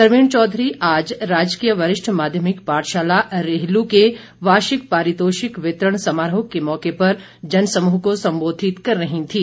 सरवीण चौधरी आज राजकीय वरिष्ठ माध्यमिक पाठशाला रेहलु के वार्षिक पारितोषिक वितरण समारोह के मौके पर जनसमूह को संबोधित कर रही थीं